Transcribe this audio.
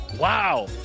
Wow